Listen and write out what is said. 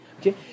Okay